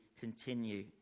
continue